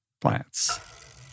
Plants